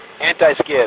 anti-skid